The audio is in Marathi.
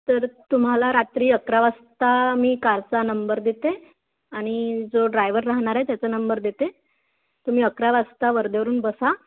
तर तुम्हाला रात्री अकरा वाजता मी कारचा नंबर देते आणि जो ड्रायव्हर राहणार आहे त्याचा नंबर देते तुम्ही अकरा वाजता वर्धेवरून बसा